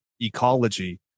ecology